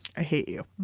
i hate you